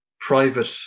private